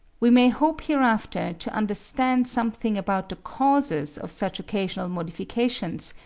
we may hope hereafter to understand something about the causes of such occasional modifications,